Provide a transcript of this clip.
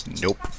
nope